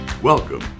Welcome